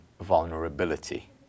vulnerability